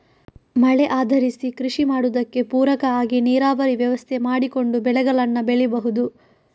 ಮಳೆ ಆಧರಿಸಿ ಕೃಷಿ ಮಾಡುದಕ್ಕೆ ಪೂರಕ ಆಗಿ ನೀರಾವರಿ ವ್ಯವಸ್ಥೆ ಮಾಡಿಕೊಂಡು ಬೆಳೆಗಳನ್ನ ಬೆಳೀಬಹುದು